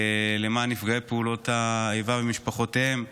למען נפגעי פעולות האיבה ומשפחותיהם.